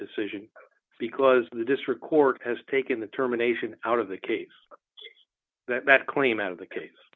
decision because the district court has taken the terminations out of the case that claim out of the case